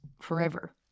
forever